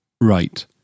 Right